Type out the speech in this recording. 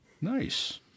nice